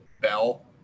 Bell